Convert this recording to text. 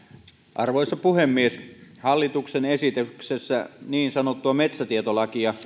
arvoisa puhemies hallituksen esityksessä esitetään muutettavaksi niin sanottua metsätietolakia